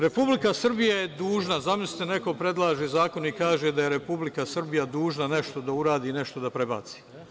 Republika Srbija je dužna, zamislite neko predlaže zakon i kaže da je Republika Srbija dužna nešto da uradi, nešto da prebaci.